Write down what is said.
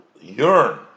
yearn